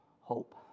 Hope